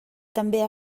també